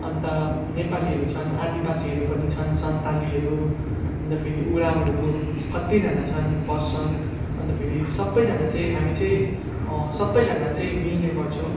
अन्त नेपालीहरू छन् आदिवासीहरू पनि छन् सन्थालीहरू अन्त फेरि उराउँहरू कत्तिजना छन् बस्छन् अन्त फेरि सबैजना चाहिँ हामी चाहिँ सबैजना चाहिँ मिल्ने गर्छौँ